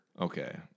Okay